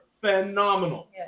phenomenal